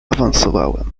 awansowałem